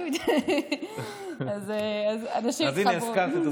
אז הינה הזכרת.